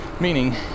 Meaning